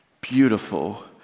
beautiful